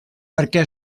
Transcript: perquè